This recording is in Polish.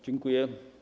Dziękuję.